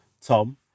Tom